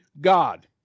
God